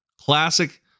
classic